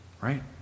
right